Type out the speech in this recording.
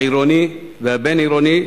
העירוני והבין-עירוני,